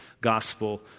gospel